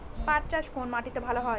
পাট চাষ কোন মাটিতে ভালো হয়?